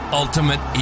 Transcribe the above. ultimate